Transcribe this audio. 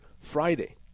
Friday